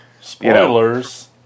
Spoilers